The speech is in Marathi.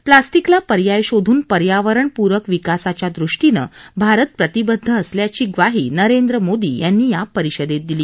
प्लास्टिकला पर्याय शोधून पर्यावरण पूरक विकासाच्या दृष्टीनं भारत प्रतिबद्ध असल्याचंही ग्वाही नरेंद्र मोदी यांनी या परिषदत्तिदिली